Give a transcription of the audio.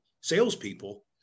salespeople